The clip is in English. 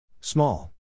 Small